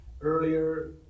earlier